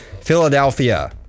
Philadelphia